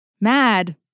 Mad